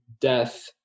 death